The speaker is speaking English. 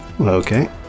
Okay